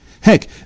Heck